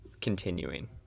continuing